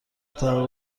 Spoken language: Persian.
تعهد